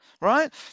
right